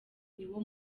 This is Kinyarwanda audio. niwo